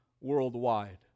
worldwide